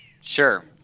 sure